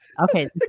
Okay